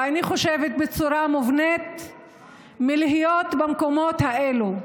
אני חושבת שבצורה מובנית, מלהיות במקומות האלה.